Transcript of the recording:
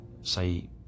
say